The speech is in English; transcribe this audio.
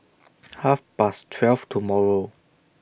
Half Past twelve tomorrow